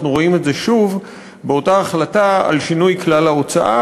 אנחנו רואים את זה שוב באותה החלטה על שינוי כלל ההוצאה,